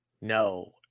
No